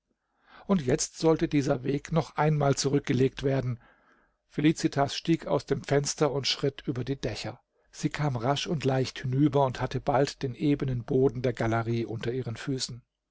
und jetzt sollte dieser weg noch einmal zurückgelegt werden felicitas stieg aus dem fenster und schritt über die dächer sie kam rasch und leicht hinüber und hatte bald den ebenen boden der galerie unter ihren füßen